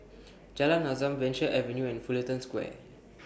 Jalan Azam Venture Avenue and Fullerton Square